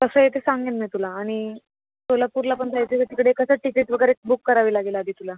कसं आहे ते सांगेन मी तुला आणि सोलापूरला पण जायचं आहे तर तिकडे कसं टिकीट वगैरे बुक करावी लागेल आधी तुला